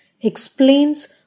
explains